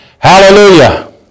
Hallelujah